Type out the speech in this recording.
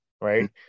Right